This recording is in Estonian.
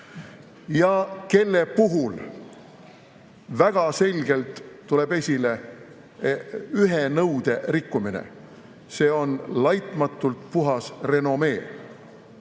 ja kelle puhul väga selgelt tuleb esile ühe nõude rikkumine: see on laitmatult puhas renomee.